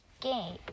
game